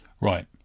Right